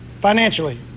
Financially